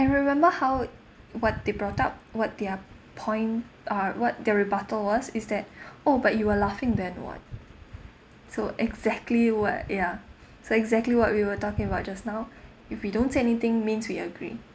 and remember how what they brought up what their point uh what their rebuttal was is that oh but you were laughing then [what] so exactly what ya so exactly what we were talking about just now if we don't say anything means we agree